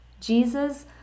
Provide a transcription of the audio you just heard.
Jesus